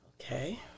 Okay